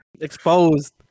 Exposed